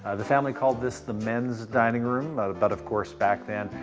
ah the family called this the men's dining room. but but of course back then,